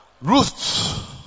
Ruth